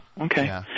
okay